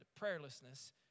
prayerlessness